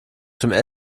dem